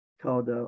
called